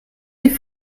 die